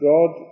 God